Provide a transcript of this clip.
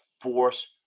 force